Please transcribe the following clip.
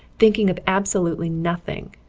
thinking of absolutely nothing.